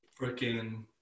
freaking